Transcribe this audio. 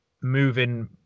moving